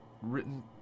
written